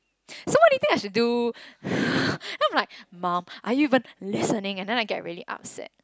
so what do you think I should do then I'm like mum are you even listening and then I get really upset